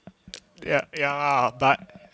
ya ya but